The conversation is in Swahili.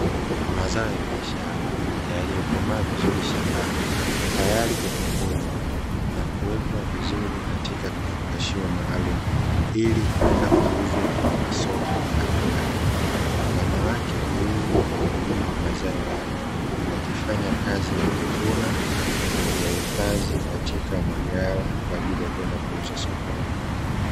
Mazao ya biashara yaliyokomaa vizuri shambani tayari kwa kuvunwa na kuwekwa vizuri katika vifungashio maalumu, ili kwenda kuuzwa kwenye masoko mbalimbali. Wanawake wawili wakulima wa mazao hayo wakifanya kazi ya kuvuna na kuyahifadhi katika maghala kwa ajili ya kwenda kuuza sokoni.